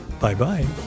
Bye-bye